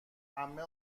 عمه